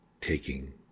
taking